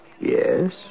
Yes